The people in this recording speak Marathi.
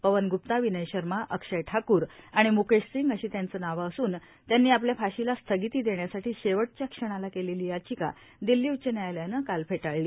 पवन ग्प्ता विनय शर्मा अक्षय ठाकूर आणि म्केश सिंग अशी त्यांची नावं असून त्यांनी आपल्या फाशीला स्थगिती देण्यासाठी शेवटच्या क्षणाला केलेली याचिका दिल्ली उच्च न्यायालयानं काल फेटाळली